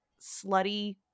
slutty